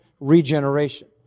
regeneration